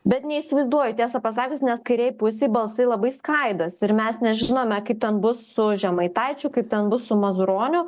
bet neįsivaizduoju tiesą pasakius nes kairėj pusėj balsai labai skaidosi ir mes nežinome kaip ten bus su žemaitaičiu kaip ten bus su mazuroniu